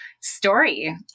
story